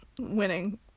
winning